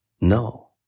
No